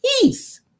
peace